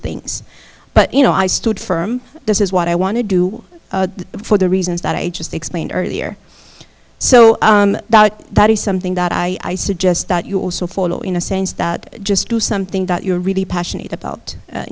things but you know i stood firm this is what i want to do for the reasons that i just explained earlier so that is something that i suggest that you also follow in a sense that just do something that you're really passionate about